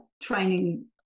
training